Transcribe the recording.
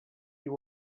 you